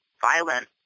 violent